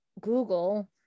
Google